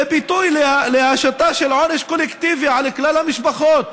זה ביטוי להשתה של עונש קולקטיבי על כלל המשפחות.